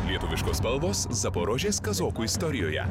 lietuviškos spalvos zaporožės kazokų istorijoje